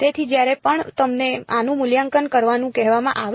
તેથી જ્યારે પણ તમને આનું મૂલ્યાંકન કરવાનું કહેવામાં આવે